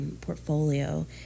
portfolio